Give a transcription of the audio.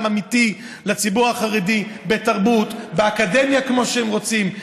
אמיתיות לציבור החרדי בתרבות ובאקדמיה כמו שהם רוצים,